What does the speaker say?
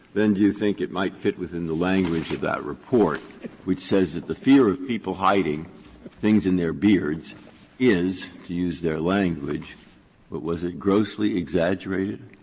then do you think it might fit within the language of that report which says that the fear of people hiding things in their beards is, to use their language what was it grossly exaggerated?